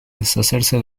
deshacerse